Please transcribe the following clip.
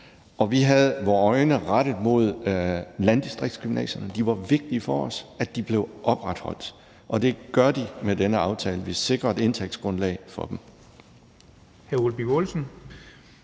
Vi havde vore øjne rettet mod landdistriktsgymnasierne. De var vigtige for os – det var vigtigt, at de blev opretholdt. Og det gør de med denne aftale. Vi sikrer et indtægtsgrundlag for dem.